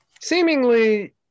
seemingly